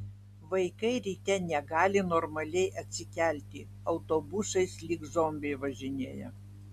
vaikai ryte negali normaliai atsikelti autobusais lyg zombiai važinėja